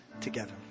together